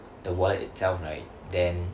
the wallet itself right then